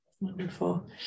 Wonderful